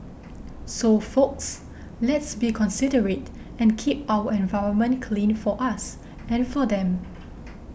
so folks let's be considerate and keep our environment clean for us and for them